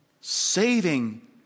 saving